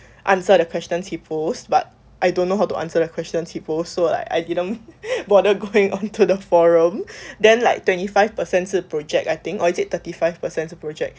answer the questions he posed but I don't know how to answer the questions he post so like I didn't bother going onto the forum then like twenty five percent 是 project I think or is it thirty five percent 是 project